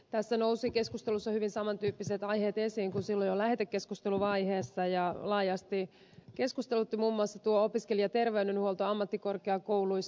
tässä nousivat keskustelussa hyvin saman tyyppiset aiheet esiin kuin silloin jo lähetekeskusteluvaiheessa ja laajasti keskustelutti muun muassa tuo opiskelijaterveydenhuolto ammattikorkeakouluissa